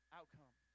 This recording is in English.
outcome